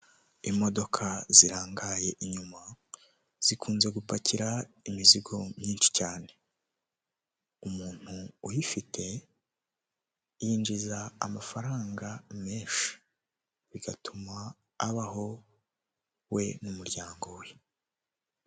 Imodoka zirangaye inyuma zikunze gupakira imizigo myinshi cyane, umuntu uyifite yinjiza amafaranga menshi bigatuma abaho we n'umuryango we.